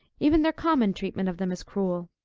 even their common treatment of them is cruel.